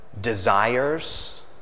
desires